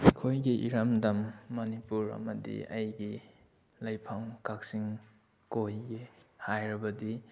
ꯑꯩꯈꯣꯏꯒꯤ ꯏꯔꯝꯗꯝ ꯃꯅꯤꯄꯨꯔ ꯑꯃꯗꯤ ꯑꯩꯒꯤ ꯂꯩꯐꯝ ꯀꯛꯆꯤꯡ ꯀꯣꯏꯒꯦ ꯍꯥꯏꯔꯕꯗꯤ